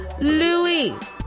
Louis